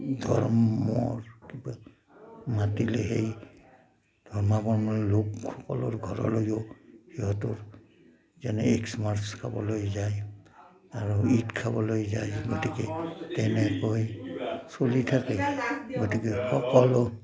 ধৰ্মৰ কিবা মাতিলে সেই ধৰ্মাৱলম্বী লোকসকলৰ ঘৰলৈও সিহঁতৰ যেনে এক্সমাছ খাবলৈ যায় আৰু ঈদ খাবলৈ যায় গতিকে তেনেকৈ চলি থাকে গতিকে সকলো